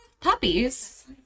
puppies